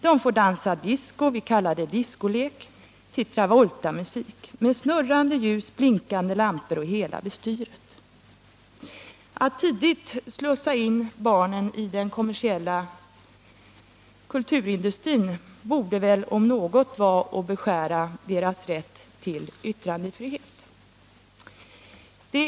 De får dansa disko — vi kallar det diskolek — till Travoltamusik med snurrande ljus, blinkande lampor och hela bestyret”. Att tidigt slussa barnen in i den kommersiella kulturindustrin borde väl om något vara att beskära deras rätt till yttrandefrihet.